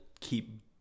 keep